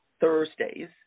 Thursdays